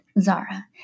Zara